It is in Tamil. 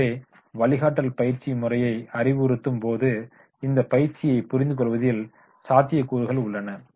எனவே வழிகாட்டல் பயிற்சி முறையை அறிவுறுத்தும் போது இந்த பயிற்சியை புரிந்துகொள்வதில் சாத்தியக் கூறுகள் உள்ளன